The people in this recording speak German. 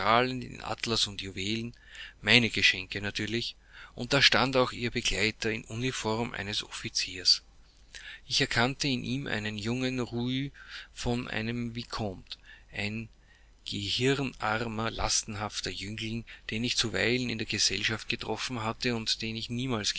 atlas und juwelen meine geschenke natürlich und da stand auch ihr begleiter in der uniform eines offiziers ich erkannte in ihm einen jungen rou von einem vicomte ein gehirnarmer lasterhafter jüngling den ich zuweilen in der gesellschaft getroffen hatte und den ich niemals